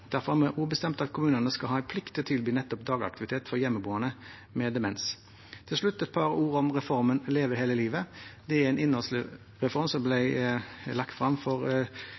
Derfor har vi også bestemt at kommunene skal ha en plikt til å tilby nettopp dagaktivitet for hjemmeboende med demens. Til slutt et par ord om reformen Leve hele livet: Det er en innholdsreform som ble lagt frem for